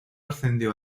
ascendió